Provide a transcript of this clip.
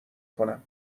کنم